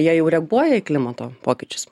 jie jau reaguoja į klimato pokyčius